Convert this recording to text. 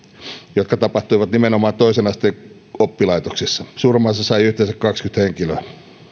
jotka tapahtuivat nimenomaan toisen asteen oppilaitoksissa surmansa sai yhteensä kaksikymmentä henkilöä